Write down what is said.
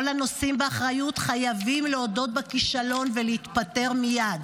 כל הנושאים באחריות חייבים להודות בכישלון ולהתפטר מייד